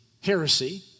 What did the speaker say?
heresy